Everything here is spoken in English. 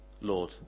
Lord